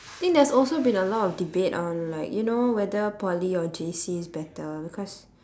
think there's also been a lot of debate on like you know whether Poly or J_C is better because